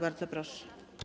Bardzo proszę.